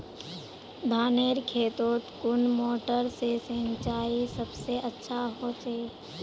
धानेर खेतोत कुन मोटर से सिंचाई सबसे अच्छा होचए?